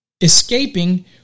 escaping